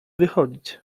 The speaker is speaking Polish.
wychodzić